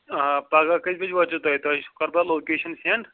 آ پگاہ کٔژِ بَجہِ وٲتِو تُہۍ تۄہہِ کٔروا لوکیشَن سٮ۪نٛڈ